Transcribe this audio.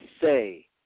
Say